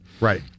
Right